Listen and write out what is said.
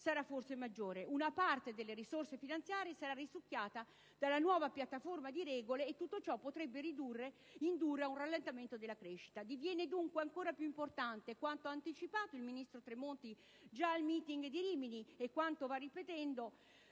Una parte delle risorse finanziarie sarà risucchiata dalla nuova piattaforma di regole, e tutto ciò potrebbe indurre ad un rallentamento della crescita. Diviene, dunque, ancora più importante quanto già anticipato dal ministro Tremonti al *meeting* di Rimini, e quanto va ripetendo,